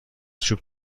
چوب